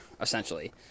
essentially